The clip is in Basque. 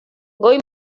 goi